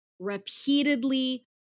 repeatedly